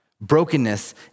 brokenness